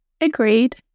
agreed